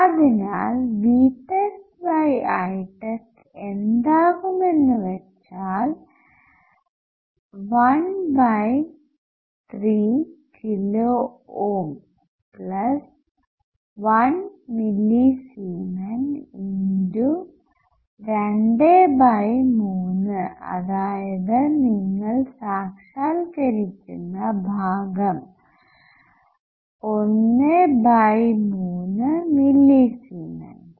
അതിനാൽ VtestItestഎന്താകുമെന്ന് വെച്ചാൽ 13കിലോ ഓം 1 മില്ലിസീമെൻസ് 23 അതായത് നിങ്ങൾ സാഷാത്കരിക്കുന്ന ഭാഗം 1 ബൈ 3 മില്ലിസീമെൻസ്